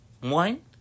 one